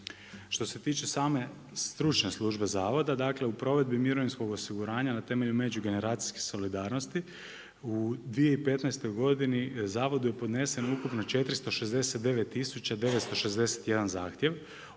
Što se tiče same stručne službe zavoda dakle u provedbi mirovinskog osiguranja na temelju međugeneracijske solidarnosti u 2015. godini zavodu je podneseno 469961 zahtjev